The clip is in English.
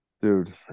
Dude